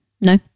No